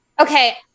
Okay